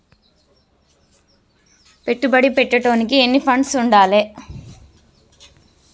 పెట్టుబడి పెట్టేటోనికి ఎన్ని ఫండ్స్ ఉండాలే?